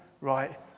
right